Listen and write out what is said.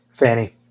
Fanny